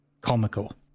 comical